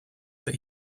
but